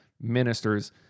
ministers